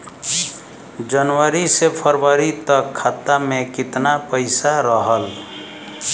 जनवरी से फरवरी तक खाता में कितना पईसा रहल?